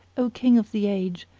o king of the age,